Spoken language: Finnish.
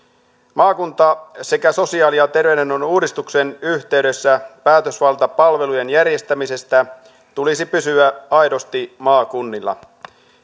maakunta sekä sosiaali ja terveydenhuollon uudistuksen yhteydessä päätösvallan palvelujen järjestämisestä tulisi pysyä aidosti maakunnilla